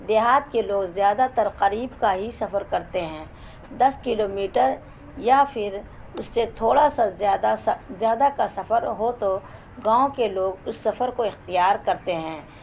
دیہات کے لوگ زیادہ تر قریب کا ہی سفر کرتے ہیں دس کلو میٹر یا پھر اس سے تھوڑا سا زیادہ زیادہ کا سفر ہو تو گاؤں کے لوگ اس سفر کو اختیار کرتے ہیں